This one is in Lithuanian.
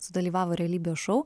sudalyvavo realybės šou